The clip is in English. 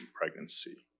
pregnancy